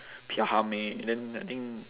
Pierre Herme and then I think